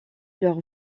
leur